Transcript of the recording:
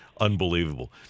unbelievable